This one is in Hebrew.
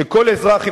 כשכל אזרח,